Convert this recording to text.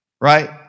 right